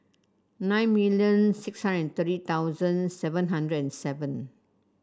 nine million six hundred and thirty thousand seven hundred and seven